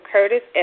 Curtis